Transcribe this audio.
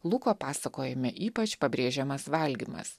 luko pasakojime ypač pabrėžiamas valgymas